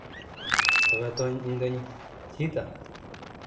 ᱛᱚᱵᱮ ᱛᱚ ᱤᱧ ᱫᱚᱹᱧ ᱪᱮᱫᱼᱟ